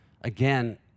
Again